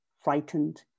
frightened